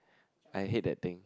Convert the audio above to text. I hate that thing